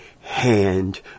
hand